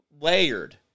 layered